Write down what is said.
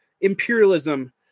imperialism